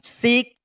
seek